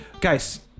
Guys